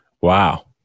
wow